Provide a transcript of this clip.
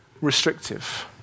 restrictive